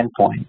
endpoint